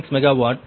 6 megawatt 138